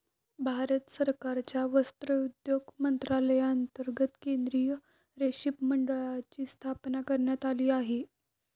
भारत सरकारच्या वस्त्रोद्योग मंत्रालयांतर्गत केंद्रीय रेशीम मंडळाची स्थापना करण्यात आली आहे